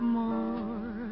more